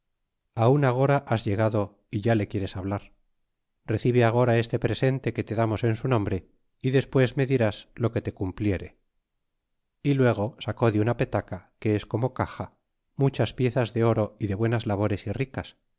aun agora has llegado é ya le quieres hablar recibe agora este presente que te damos en su nombre y despues me dirás lo que te cumpliere y luego sacó de una petaca que es como caxa muchas piezas de oro y de buenas labores y ricas